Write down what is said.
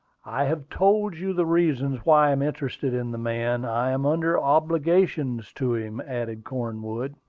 i have told you the reason why i am interested in the man i am under obligations to him, added cornwood.